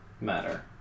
matter